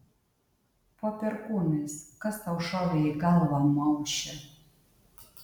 po perkūnais kas tau šovė į galvą mauše